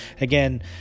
again